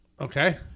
Okay